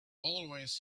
always